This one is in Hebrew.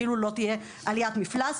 כאילו לא תהיה עליית מפלס.